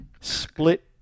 split